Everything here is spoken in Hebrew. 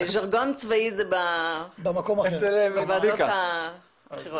ז'רגון צבאי זה בוועדות האחרות.